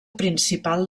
principal